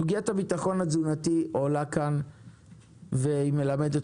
סוגיית הביטחון התזונתי עולה כאן והיא מלמדת